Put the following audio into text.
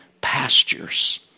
pastures